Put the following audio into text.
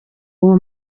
uwo